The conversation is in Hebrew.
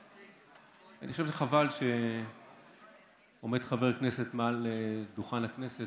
אני חושב שחבל שעומד חבר כנסת מעל דוכן הכנסת